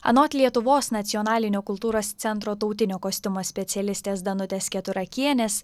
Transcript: anot lietuvos nacionalinio kultūros centro tautinio kostiumo specialistės danutės keturakienės